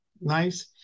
nice